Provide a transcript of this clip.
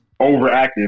overactive